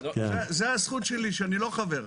זאת הזכות שלי, שאני לא חבר.